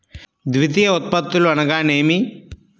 ద్వితీయ ఉత్పత్తులు అనగా నేమి?